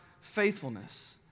faithfulness